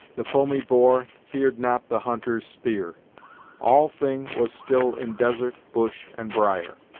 the foamy boar feared not the hunter's spear all thing was still in desert, bush, and briar